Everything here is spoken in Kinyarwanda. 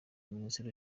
ministre